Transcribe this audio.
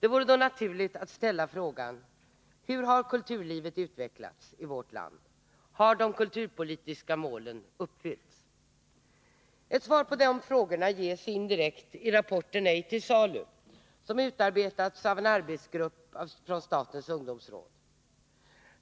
Det vore då naturligt att ställa frågan: Hur har kulturlivet utvecklats i vårt land — har de kulturpolitiska målen uppfyllts? Ett svar på den frågan ges indirekt i rapporten Ej till salu, som utarbetats av en arbetsgrupp från statens ungdomsråd.